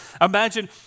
Imagine